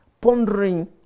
pondering